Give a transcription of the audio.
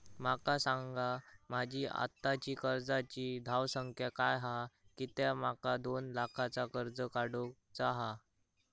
माका सांगा माझी आत्ताची कर्जाची धावसंख्या काय हा कित्या माका दोन लाखाचा कर्ज काढू चा हा?